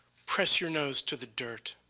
press your nose to the dirt.